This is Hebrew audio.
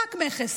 רק מכס,